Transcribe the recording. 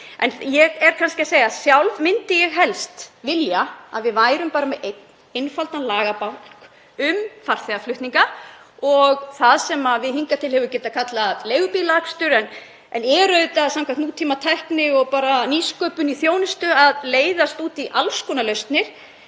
En ég er kannski að segja að sjálf myndi ég helst vilja að við værum bara með einn einfaldan lagabálk um farþegaflutninga og það sem hefur hingað til verið kallað leigubílaakstur en er auðvitað samkvæmt nútímatækni og nýsköpun í þjónustu að leiðast út í alls konar lausnir.